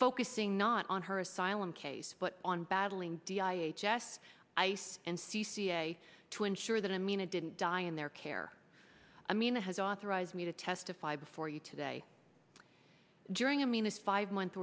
focusing not on her asylum case but on battling d i h s ice and c c a to ensure that i mean it didn't die in their care i mean it has authorized me to testify before you today during a minus five month